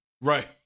Right